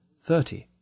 Thirty